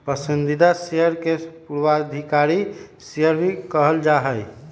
पसंदीदा शेयर के पूर्वाधिकारी शेयर भी कहल जा हई